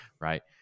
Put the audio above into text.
right